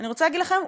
אני רוצה להגיד לכם,